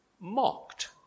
mocked